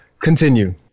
Continue